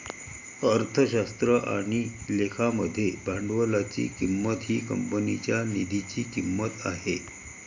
अर्थशास्त्र आणि लेखा मध्ये भांडवलाची किंमत ही कंपनीच्या निधीची किंमत आहे